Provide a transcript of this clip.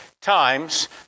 times